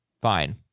fine